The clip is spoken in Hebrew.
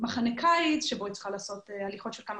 למחנה קיץ בו היא צריכה לעשות הליכות של כמה